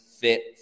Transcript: fit